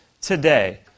today